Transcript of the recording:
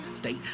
state